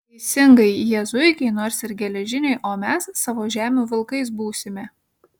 teisingai jie zuikiai nors ir geležiniai o mes savo žemių vilkais būsime